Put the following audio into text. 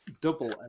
double